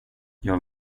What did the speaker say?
jag